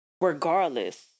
regardless